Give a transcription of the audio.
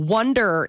Wonder